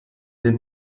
den